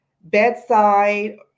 bedside